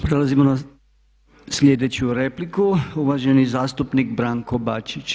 Prelazimo na sljedeću repliku, uvaženi zastupnik Branko Bačić.